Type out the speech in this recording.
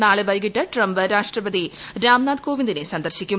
നാളെ വൈകിട്ട് ട്രംപ് രാഷ്ട്രപതി രാംനാഥ് കോവിന്ദിനെ സന്ദർശിക്കും